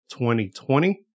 2020